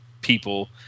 people –